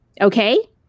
Okay